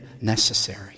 necessary